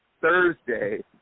Thursday